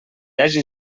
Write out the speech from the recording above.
hagi